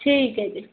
ਠੀਕ ਹੈ ਜੀ